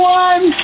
one